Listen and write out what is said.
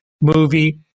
movie